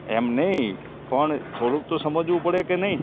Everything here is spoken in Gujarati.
એમ નહીં પણ થોડુક તો સમજવું પડે કે નહીં